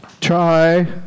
Try